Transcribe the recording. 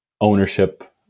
ownership